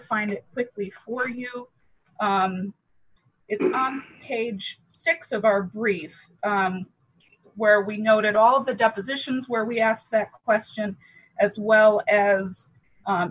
find it quickly for you it is on page six of our brief where we noted all of the depositions where we asked that question as well as